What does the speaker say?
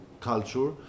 culture